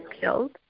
killed